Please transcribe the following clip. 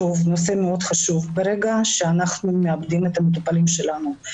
ברגע שאנחנו מאבדים את המטופלים שלנו,